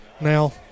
Now